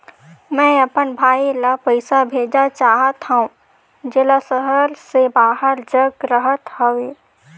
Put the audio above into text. मैं अपन भाई ल पइसा भेजा चाहत हों, जेला शहर से बाहर जग रहत हवे